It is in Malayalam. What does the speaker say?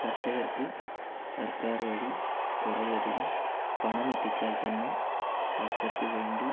കർഷകർക്ക് സർക്കാർ വഴി കുറേ അധികം പണം എത്തിച്ചാൽ തന്നെ കർഷകർക്ക് വേണ്ടി